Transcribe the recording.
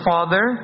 Father